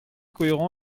cohérent